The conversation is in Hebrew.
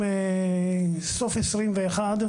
בסוף שנת 2021,